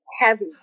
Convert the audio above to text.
heavy